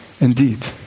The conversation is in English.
indeed